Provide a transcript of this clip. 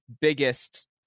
biggest